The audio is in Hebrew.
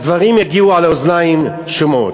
הדברים יגיעו לאוזניים שומעות.